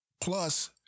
plus